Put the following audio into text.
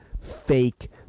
fake